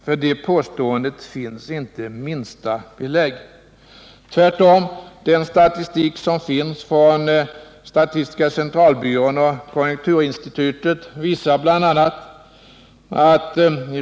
För det påståendet finns inte minsta belägg. Tvärtom! Den statistik som finns från statistiska centralbyrån och konjunkturinstitutet visar bl.a. följande.